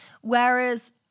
Whereas